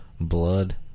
blood